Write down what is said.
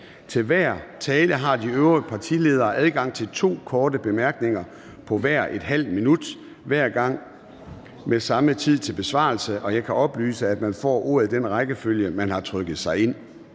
Til hver tale har de øvrige partiledere adgang til to korte bemærkninger på hvert ½ minut, og der er den samme tid til besvarelse. Jeg kan oplyse, at man får ordet i den rækkefølge, man har trykket sig ind.